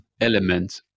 element